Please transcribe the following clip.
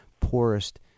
poorest